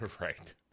right